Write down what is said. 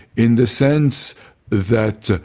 in the sense that